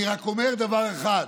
אני רק אומר דבר אחד,